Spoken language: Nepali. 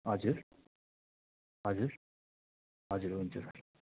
हजुर हजुर हजुर हुन्छ